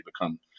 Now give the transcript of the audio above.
become